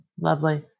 lovely